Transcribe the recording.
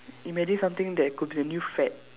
imagine something that could be a new fad